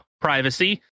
privacy